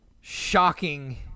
shocking